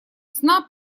сна